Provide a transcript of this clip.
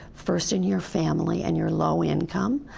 first in your family, and you're low-income,